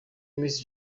miss